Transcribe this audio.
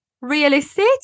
realistic